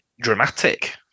dramatic